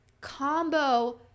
combo